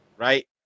Right